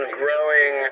growing